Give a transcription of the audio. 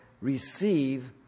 receive